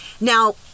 Now